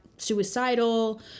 suicidal